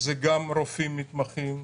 גם רופאים מתמחים,